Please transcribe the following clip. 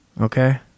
Okay